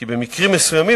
כי במקרים מסוימים,